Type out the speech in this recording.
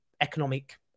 economic